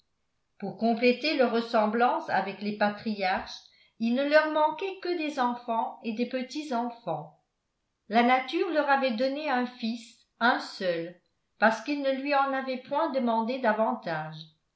pour compléter leur ressemblance avec les patriarches il ne leur manquait que des enfants et des petitsenfants la nature leur avait donné un fils un seul parce qu'ils ne lui en avaient point demandé davantage